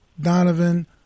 Donovan